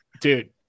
dude